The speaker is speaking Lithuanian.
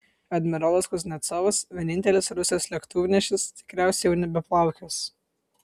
admirolas kuznecovas vienintelis rusijos lėktuvnešis tikriausiai jau nebeplaukios